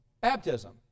baptism